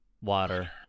Water